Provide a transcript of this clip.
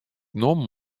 nommen